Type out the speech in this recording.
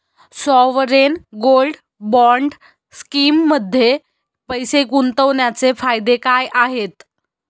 Sovereign gold bond स्कीममध्ये पैसे गुंतवण्याचे फायदे काय आहेत?